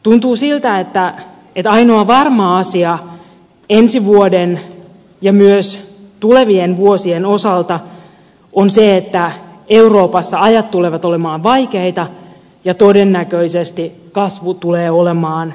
tuntuu siltä että ainoa varma asia ensi vuoden ja myös tulevien vuosien osalta on se että euroopassa ajat tulevat olemaan vaikeita ja todennäköisesti kasvu tulee olemaan hidasta